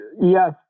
Yes